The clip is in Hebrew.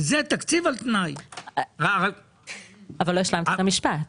זה תקציב על תנאי --- אבל לא השלמתי את המשפט.